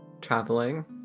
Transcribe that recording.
Traveling